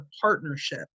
partnership